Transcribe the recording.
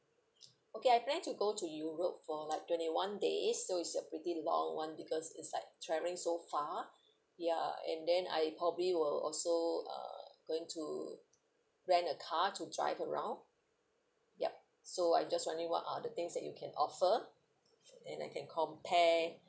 okay I plan to go to europe for like twenty one days so it's a pretty long [one] because it's like travelling so far ya and then I probably will also uh going to rent a car to drive around yup so I just wondering what are the things that you can offer and I can compare